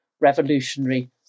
revolutionary